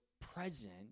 present